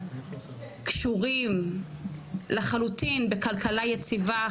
קשורים לחלוטין בכלכלה יציבה,